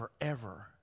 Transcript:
forever